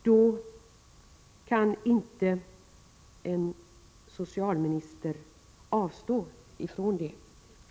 Då kan inte en socialministern avstå från det. Det gäller också den ekonomiska värderingen av detta viktiga arbete.